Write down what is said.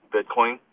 Bitcoin